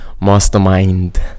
Mastermind